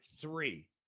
three